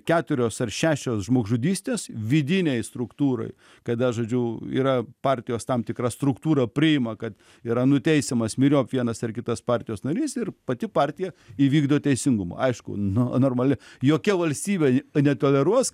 keturios ar šešios žmogžudystės vidinėj struktūroj kada žodžiu yra partijos tam tikra struktūra priima kad yra nuteisiamas myriop vienas ar kitas partijos narys ir pati partija įvykdo teisingumą aišku nu normali jokia valstybė netoleruos